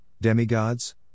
demigods